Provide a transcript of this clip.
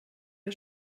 der